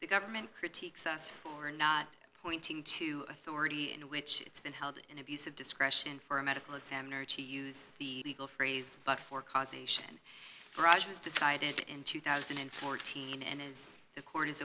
the government critiques us for not pointing to authority in which it's been held in abuse of discretion for a medical examiner chief use the legal phrase but for causation barrage was decided in two thousand and fourteen and is the court is